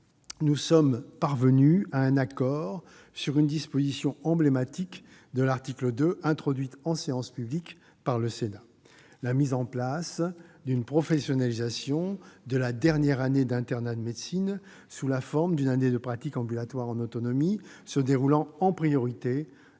nous sommes parvenus à un accord sur une disposition emblématique de l'article 2 introduite en séance publique par le Sénat : la mise en place d'une professionnalisation de la dernière année d'internat de médecine, sous la forme d'une année de pratique ambulatoire en autonomie se déroulant en priorité